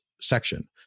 section